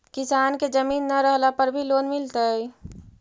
किसान के जमीन न रहला पर भी लोन मिलतइ?